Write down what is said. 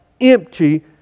empty